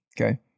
Okay